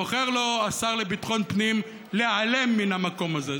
בוחר לו השר לביטחון פנים להיעלם מן המקום הזה.